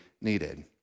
needed